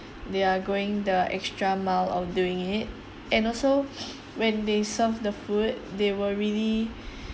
they are going the extra mile of doing it and also when they serve the food they were really